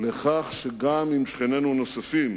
לכך שגם עם שכנינו האחרים